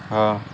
ହଁ